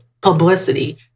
publicity